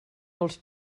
els